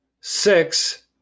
Six